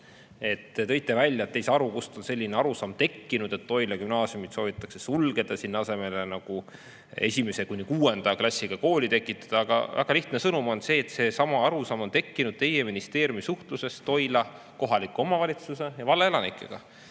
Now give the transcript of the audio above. tõite välja, et te ei saa aru, kust on selline arusaam tekkinud, et Toila Gümnaasiumi soovitakse sulgeda ja sinna asemele 1.–6. klassiga kool tekitada. Aga lihtne sõnum on see, et see arusaam on tekkinud teie ministeeriumi suhtlusest Toila kohaliku omavalitsuse ja valla elanikega.